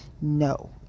No